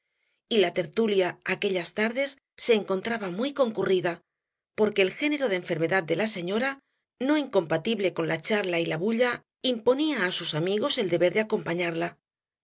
y la tertulia aquellas tardes se encontraba muy concurrida porque el género de enfermedad de la señora no incompatible con la charla y la bulla imponía á sus amigos el deber de acompañarla